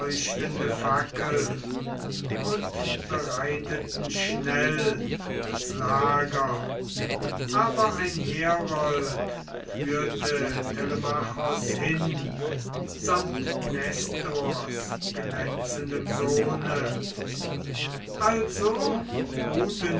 und bereiteten schnell das lager aber ein herold führte telemachos hin samt nestors glänzendem sohne also ruhten